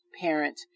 parent